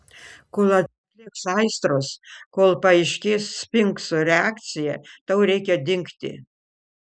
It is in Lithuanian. kol atlėgs aistros kol paaiškės sfinkso reakcija tau reikia dingti